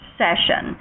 session